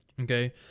okay